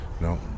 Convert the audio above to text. No